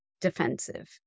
defensive